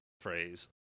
phrase